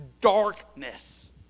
darkness